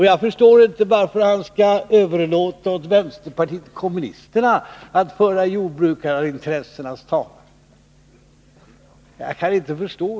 Jag förstår inte varför han överlåter åt vänsterpartiet kommunisterna att föra jordbrukarnas talan.